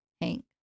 Hank